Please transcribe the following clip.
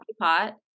pot